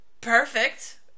perfect